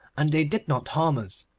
and they did not harm us.